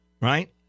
Right